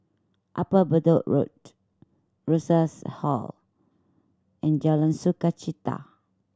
Upper Bedok Road Rosas Hall and Jalan Sukachita